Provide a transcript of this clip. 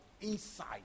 insight